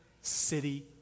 city